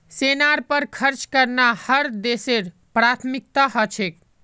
सेनार पर खर्च करना हर देशेर प्राथमिकता ह छेक